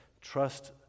trust